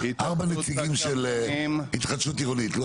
אתם ארבעה נציגים של התחדשות עירונית.